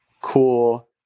Cool